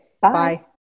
Bye